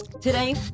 today